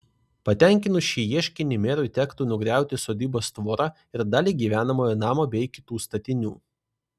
patenkinus šį ieškinį merui tektų nugriauti sodybos tvorą ir dalį gyvenamojo namo bei kitų statinių